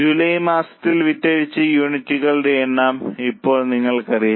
July മാസത്തിൽ വിറ്റഴിച്ച യൂണിറ്റുകളുടെ എണ്ണം ഇപ്പോൾ നിങ്ങൾക്കറിയാം